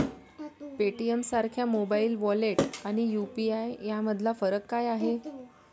पेटीएमसारख्या mobile wallet आणि UPI यामधला फरक काय आहे?